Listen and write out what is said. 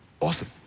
awesome